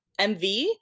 MV